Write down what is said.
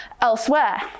elsewhere